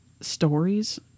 stories